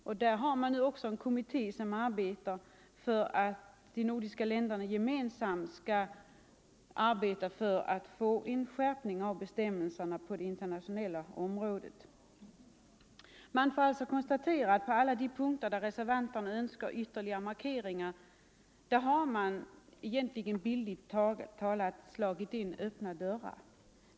Nordiska rådet har nu också en kommitté som arbetar för att de nordiska länderna skall uppträda gemensamt för att få till stånd en skärpning av bestämmelserna på det internationella området. Man måste alltså konstatera att reservanterna, på alla de punkter där de önskar ytterligare markeringar, bildligt talat slår in öppna dörrar.